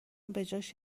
بجاش